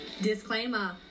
Disclaimer